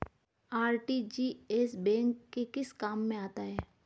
RTGS bank के किस काम में आता है?